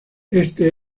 este